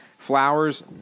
Flowers